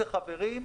חברים,